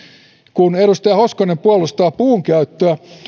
kun edustaja hoskonen puolustaa puun käyttöä